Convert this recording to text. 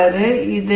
5Ksm1 1 KsKsSi0